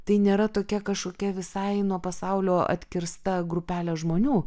tai nėra tokia kažkokia visai nuo pasaulio atkirsta grupelė žmonių